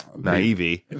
naive